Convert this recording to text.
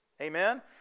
Amen